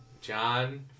John